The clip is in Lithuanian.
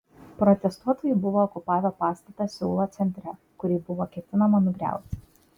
protestuotojai buvo okupavę pastatą seulo centre kurį buvo ketinama nugriauti